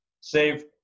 save